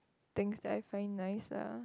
things that I find nice lah